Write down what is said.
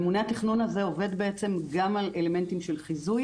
ממונה התכנון הזה עובד גם על אלמנטים של חיזוי